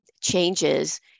changes